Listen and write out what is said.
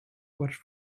watch